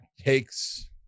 takes